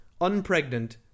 Unpregnant